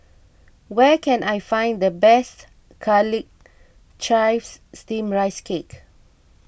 where can I find the best Garlic Chives Steamed Rice Cake